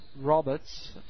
Roberts